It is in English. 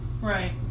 Right